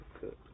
good